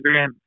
Instagram